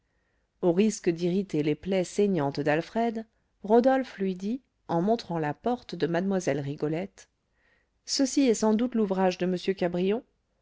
au risque d'irriter les plaies saignantes d'alfred rodolphe lui dit en montrant la porte de mlle rigolette ceci est sans doute l'ouvrage de m cabrion